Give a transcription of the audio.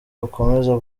ukomeza